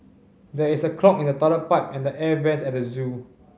there is a clog in the toilet pipe and the air vents at the zoo